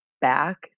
back